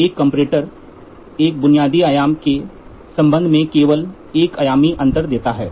एक कंपैरेटर एक बुनियादी आयाम के संबंध में केवल एक आयामी अंतर देता है